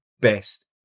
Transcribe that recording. best